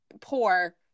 Poor